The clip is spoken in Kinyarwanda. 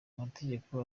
amategeko